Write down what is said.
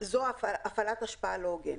זה הפעלת השפעה לא הוגנת.